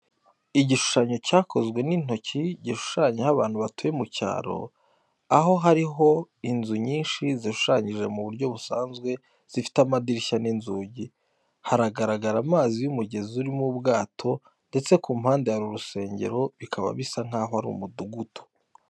Igishushanyo cyakozwe n’intoki gishushanya aho abantu batuye mu cyaro, aho hariho inzu nyinshi zishushanyije mu buryo busanzwe zifite amadirishya n’inzugi. Haragaragara amazi y’umugezi urimo ubwato ndetse ku mpande hari urusengero bikaba bisa nkaho ari umudugudu.